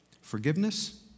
Forgiveness